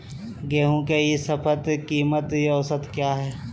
गेंहू के ई शपथ कीमत औसत क्या है?